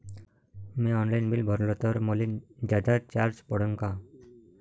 म्या online bill भरलं तर मले जादा चार्ज पडन का?